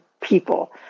people